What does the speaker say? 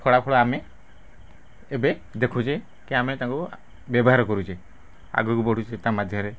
ଫଳାଫଳ ଆମେ ଏବେ ଦେଖୁଛେ କି ଆମେ ତାଙ୍କୁ ବ୍ୟବହାର କରୁଛେ ଆଗକୁ ବଢ଼ୁଛେ ତା' ମାଧ୍ୟମରେ